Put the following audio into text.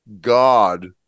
god